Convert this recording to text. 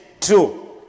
true